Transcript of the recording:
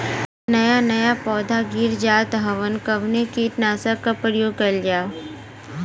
नया नया पौधा गिर जात हव कवने कीट नाशक क प्रयोग कइल जाव?